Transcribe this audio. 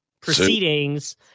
proceedings